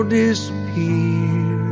disappear